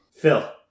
Phil